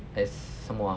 as 什么 ah